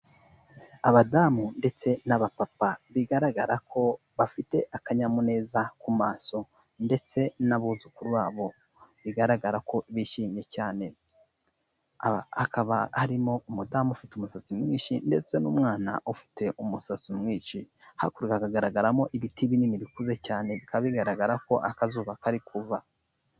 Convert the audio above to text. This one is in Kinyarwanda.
Abadamu ndetse n'abapapa bigaragara ko bafite akanyamuneza ku maso ndetse n'abuzukuru babo, bigaragara ko bishimye cyane. Hakaba harimo umudamu ufite umusatsi mwinshi ndetse n'umwana ufite umusatsi mwinshi. Hakuno hakagaragaramo ibiti binini bikuze cyane, bikaba bigaragara ko akazuba kari kuva.